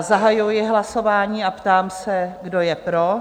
Zahajuji hlasování a ptám se, kdo je pro?